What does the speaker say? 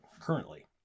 currently